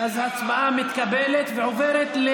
ההצבעה מתקבלת ועוברת,